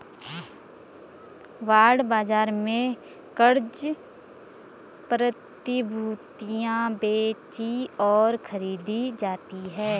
bond बाजार में क़र्ज़ प्रतिभूतियां बेचीं और खरीदी जाती हैं